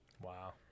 Wow